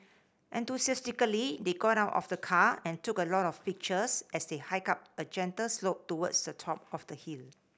enthusiastically they got out of the car and took a lot of pictures as they hiked up a gentle slope towards the top of the hill